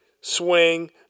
swing